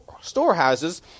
storehouses